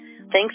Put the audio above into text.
Thanks